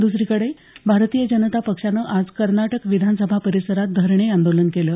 दसरीकडे भारतीय जनता पक्षानं आज कर्नाटक विधानसभा परिसरात धरणे आंदोलन केलं